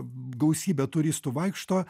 gausybė turistų vaikšto